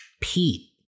Pete